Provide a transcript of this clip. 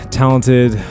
talented